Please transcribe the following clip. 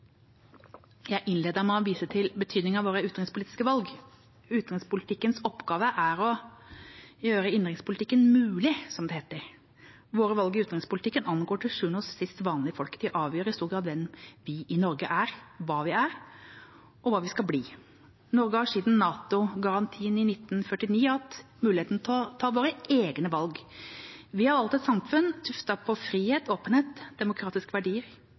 Jeg innledet med å vise til betydningen av våre utenrikspolitiske valg. Utenrikspolitikkens oppgave er å gjøre innenrikspolitikken mulig, som det heter. Våre valg i utenrikspolitikken angår til sjuende og sist vanlige folk. De avgjør i stor grad hvem vi i Norge er, hva vi er, og hva vi skal bli. Norge har siden NATO-garantien i 1949 hatt muligheten til å ta våre egne valg. Vi har valgt et samfunn tuftet på frihet, åpenhet, demokratiske verdier,